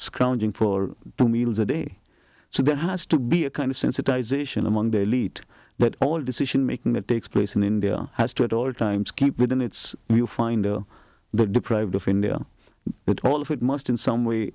scrounging for two meals a day so there has to be a kind of sensitize ition among the elite that all decision making that takes place in india has to at all times keep within its you find that deprived of india all of it must in some way